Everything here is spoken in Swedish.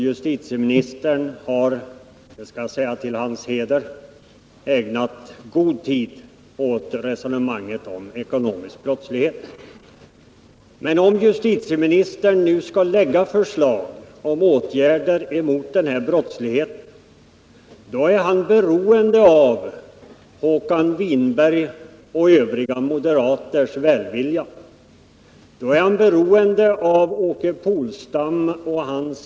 Justitieministern har — det skall jag säga till hans heder — ägnat god tid åt resonemanget om ekonomisk brottslighet. Om justitieministern nu skall framlägga förslag om åtgärder mot denna brottslighet, är han beroende av Håkan Winbergs och övriga moderaters välvilja samt av Åke Polstams och hans centerpartistiska partivänners välvilja, om förslaget skall gå igenom. Här är det risk för att bakgrundsstödet för eventuella åtgärder inte är det bästa. Till sist vill jag konstatera att justitieministerns svar på prioriteringsfrågan sannerligen inte blev tydligare. Jag ställde min fråga ganska rakt: Skall åklagare, polis m.fl. i sitt brottsbekämpande arbete prioritera kampen mot den ekonomiska brottsligheten? Detta vill polis och åklagare gärna ha ett besked om från statsmakterna.